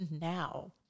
now